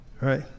right